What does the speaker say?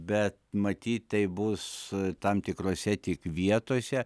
bet matyt tai bus tam tikrose tik vietose